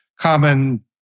common